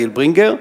גיל ברינגר.